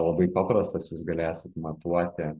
labai paprastas jūs galėsit matuoti